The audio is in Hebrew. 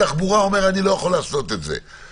התחבורה אומר: אני לא יכול לעשות את זה ולכן,